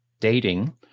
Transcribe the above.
dating